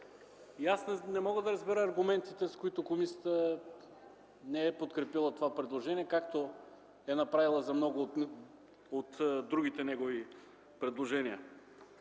И аз не мога да разбера аргументите, с които комисията не е подкрепила това предложение, както е направила за много от другите негови предложения.